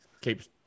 keeps